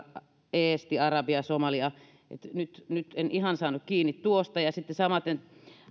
eestiä arabiaa somalia puhuvat että nyt en ihan saanut kiinni tuosta ja sitten samaten